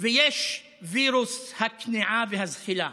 ויש וירוס הכניעה והזחילה